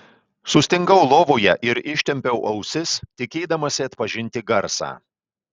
sustingau lovoje ir ištempiau ausis tikėdamasi atpažinti garsą